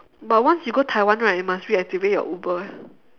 but once you go taiwan right you must reactivate your uber eh